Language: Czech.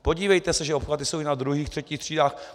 Podívejte se, že obchvaty jsou i na druhých, třetích třídách.